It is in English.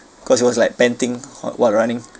cause he was like panting w~ weren't running